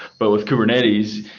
but with kubernetes,